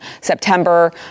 September